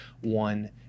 one